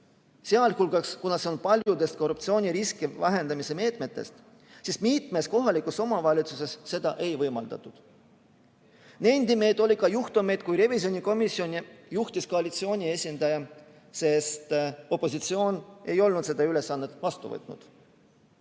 sellepärast, et see on üks paljudest korruptsiooniriski vähendamise meetmetest, siis mitmes kohalikus omavalitsuses seda ei võimaldatud. Nendime, et oli juhtumeid, kui revisjonikomisjoni juhtis koalitsiooni esindaja, sest opositsioon ei olnud seda ülesannet vastu võtnud.